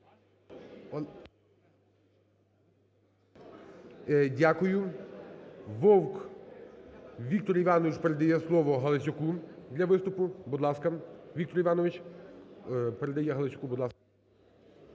Дякую. Вовк Віктор Іванович передає слово Галасюку для виступу.